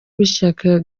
w’ishyaka